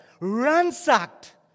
ransacked